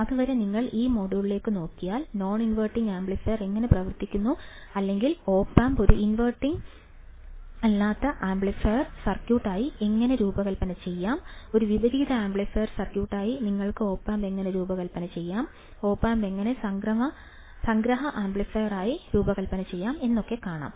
അതുവരെ നിങ്ങൾ ഈ മൊഡ്യൂളിലേക്ക് നോക്കിയാൽ നോൺ ഇൻവെർട്ടിംഗ് ആംപ്ലിഫയർ എങ്ങനെ പ്രവർത്തിക്കുന്നു അല്ലെങ്കിൽ ഓപ് ആമ്പ് ഒരു ഇൻവെർട്ടിംഗ് അല്ലാത്ത ആംപ്ലിഫയർ സർക്യൂട്ട് ആയി എങ്ങനെ രൂപകൽപ്പന ചെയ്യാം ഒരു വിപരീത ആംപ്ലിഫയർ സർക്യൂട്ടായി നിങ്ങൾക്ക് ഓപ് ആമ്പ് എങ്ങനെ രൂപകൽപ്പന ചെയ്യാം ഓപ് ആമ്പ് എങ്ങനെ സംഗ്രഹ ആംപ്ലിഫയർ ആയി രൂപകൽപ്പന ചെയ്യാം എന്നൊക്കെ കാണാം